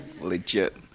legit